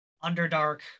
underdark